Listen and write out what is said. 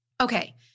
Okay